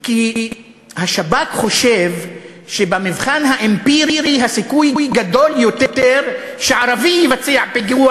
כי השב"כ חושב שבמבחן האמפירי הסיכוי גדול יותר שערבי יבצע פיגוע